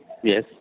yes